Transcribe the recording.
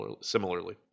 similarly